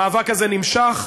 המאבק הזה נמשך,